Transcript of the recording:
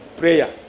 prayer